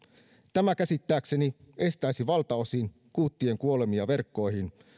tämä käsittääkseni estäisi valtaosin kuuttien kuolemia verkkoihin